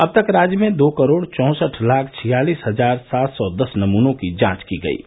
अब तक राज्य में दो करोड़ चौसठ लाख छियालिस हजार सात सौ दस नमूनों की जांच की गई है